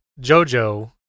Jojo